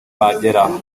bageraho